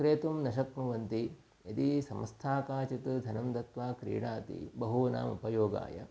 क्रेतुं न शक्नुवन्ति यदि संस्था काचित् धनं दत्वा क्रीडति बहूनाम् उपयोगाय